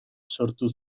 sortu